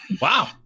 Wow